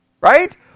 Right